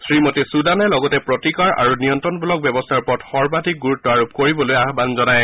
শ্ৰীমতী সুদানে লগতে প্ৰতিকাৰ আৰু নিয়ল্ণমূলক ব্যৱস্থাৰ ওপৰত সৰ্বাধিক গুৰুত্ব আৰোপ কৰিবলৈ আহ্বান জনায়